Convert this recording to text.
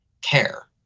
care